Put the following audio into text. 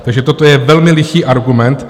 Takže toto je velmi lichý argument.